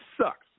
sucks